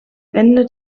ende